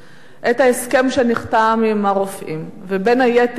את ההסכם שנחתם עם הרופאים, ובין היתר,